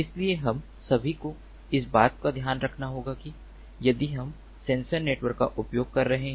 इसलिए हम सभी को इस बात का ध्यान रखना होगा कि यदि हम सेंसर नेटवर्क का उपयोग कर रहे हैं